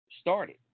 started